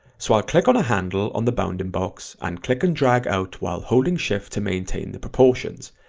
so i'll click on a handle on the bounding box and click and drag out while holding shift to maintain the proportions,